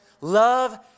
Love